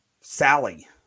Sally